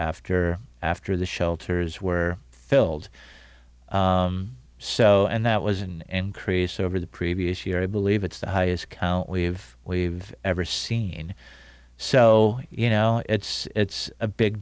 after after the shelters were filled so and that was in encrease over the previous year i believe it's the highest we've we've ever seen so you know it's it's a big